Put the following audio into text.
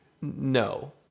No